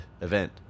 event